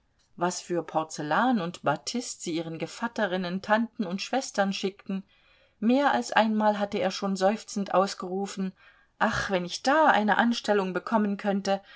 was für porzellan und batist sie ihren gevatterinnen tanten und schwestern schickten mehr als einmal hatte er schon seufzend ausgerufen ach wenn ich da eine anstellung bekommen könnte